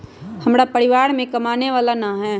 हमरा परिवार में कमाने वाला ना है?